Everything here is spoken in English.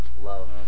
Love